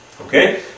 Okay